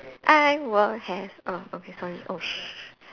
I will have have oh okay sorry oh sh~